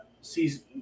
sees